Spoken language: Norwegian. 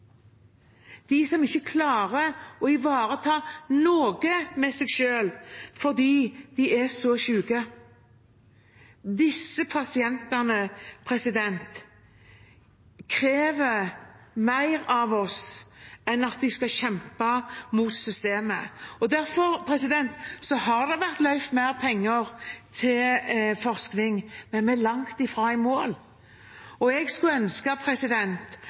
de som ikke klarer å ivareta noe med seg selv fordi de er så syke. Disse pasientene krever mer av oss enn at de skal kjempe mot systemet. Derfor har det blitt løyvd mer penger til forskning, men vi er langt ifra i mål. Jeg skulle ønske